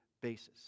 basis